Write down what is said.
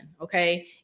Okay